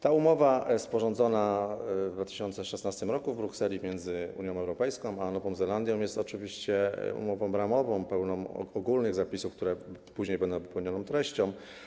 Ta umowa sporządzona w 2016 r. w Brukseli między Unią Europejską a Nową Zelandią jest oczywiście umową ramową pełną ogólnych zapisów, które później będą wypełnione treścią.